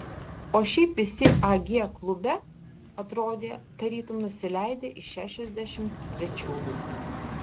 o šiaip visi ag klube atrodė tarytum nusileidę iš šešiasdešimt trečiųjų